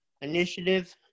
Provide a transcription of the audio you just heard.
initiative